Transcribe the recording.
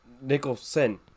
Nicholson